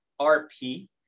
RP